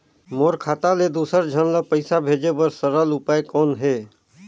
मोर खाता ले दुसर झन ल पईसा भेजे बर सरल उपाय कौन हे?